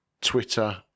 Twitter